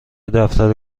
دفتر